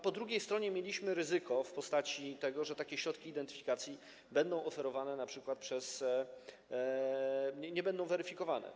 Po drugiej stronie mieliśmy ryzyko w postaci tego, że takie środki identyfikacji będą oferowane np. przez... że nie będą weryfikowane.